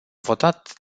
votat